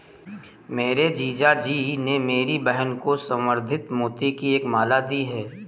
मेरे जीजा जी ने मेरी बहन को संवर्धित मोती की एक माला दी है